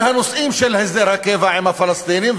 הנושאים של הסדר הקבע עם הפלסטינים.